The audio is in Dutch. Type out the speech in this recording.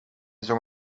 zong